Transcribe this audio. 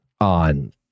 on